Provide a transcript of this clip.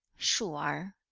hsio r.